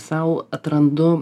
sau atrandu